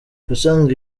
ubusanzwe